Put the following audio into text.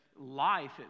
life